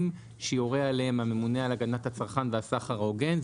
שיורה עליהם הממונה על הגנת הצרכן והסחר ההוגן.